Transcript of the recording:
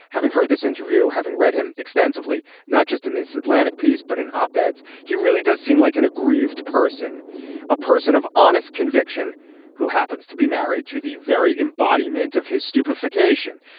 having heard this interview having read him extensively not just in this atlantic piece but an op ed he really does seem like an aggrieved person a person of honest conviction who happens to be married to the very embodiment of his stupid fixation.